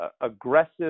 aggressive